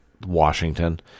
Washington